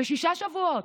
בשישה שבועות,